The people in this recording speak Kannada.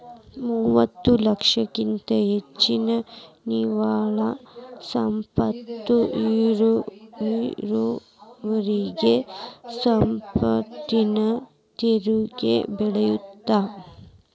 ಮೂವತ್ತ ಲಕ್ಷಕ್ಕಿಂತ ಹೆಚ್ಚಿನ ನಿವ್ವಳ ಸಂಪತ್ತ ಇರೋರಿಗಿ ಸಂಪತ್ತಿನ ತೆರಿಗಿ ಬೇಳತ್ತ